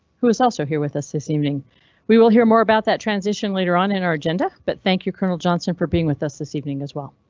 who is also here with us this evening we will hear more about that transition later on in our agenda, but thank you, colonel johnson, for being with us this evening as well.